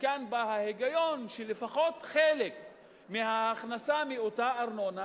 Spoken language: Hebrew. מכאן ההיגיון שלפחות חלק מההכנסה מאותה ארנונה,